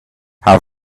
how